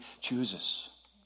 chooses